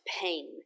pain